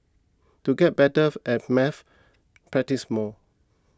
to get better at maths practise more